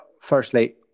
firstly